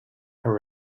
her